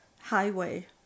highway